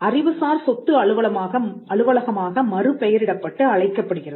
அறிவுசார் சொத்து அலுவலகமாக மறு பெயரிடப்பட்டு அழைக்கப்படுகிறது